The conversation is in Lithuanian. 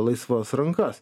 laisvas rankas